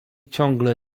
ciągle